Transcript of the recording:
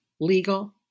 legal